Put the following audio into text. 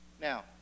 Now